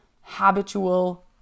habitual